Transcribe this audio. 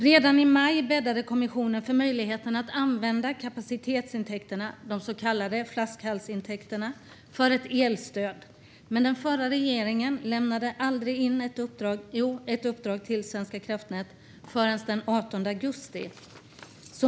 Redan i maj bäddade kommissionen för möjligheten att använda kapacitetsintäkterna, de så kallade flaskhalsintäkterna, för ett elstöd. Men den förra regeringen gav inte ett uppdrag till Svenska kraftnät förrän den 18 augusti.